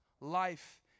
life